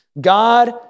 God